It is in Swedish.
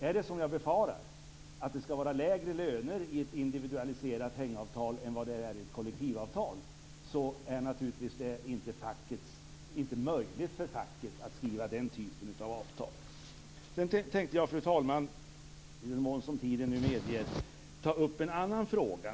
Är det som jag befarar, att det skall vara lägre löner i ett individualiserat hängavtal än vad det är i ett kollektivavtal är det naturligtvis inte möjligt för facket att skriva den typen av avtal. I den mån tiden medger tänkte jag, fru talman, ta upp en annan fråga.